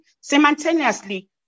Simultaneously